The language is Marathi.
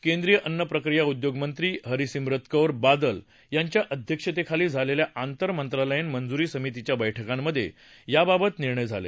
केंद्रिय अन्न प्रक्रिया उद्योग मंत्री हरसिमरत कौर बादल यांच्या अध्यक्षतेखाली झालेल्या आतर मंत्रालयीन मंजुरी समितीच्या बैठकांमधे याबाबत निर्णय झाले